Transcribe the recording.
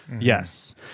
yes